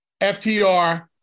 FTR